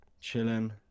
chilling